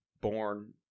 born